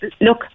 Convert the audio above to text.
Look